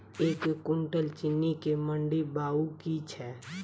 एक कुनटल चीनी केँ मंडी भाउ की छै?